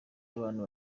y’abantu